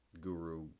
guru